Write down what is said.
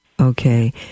Okay